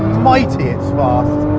almighty, it's fast.